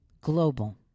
Global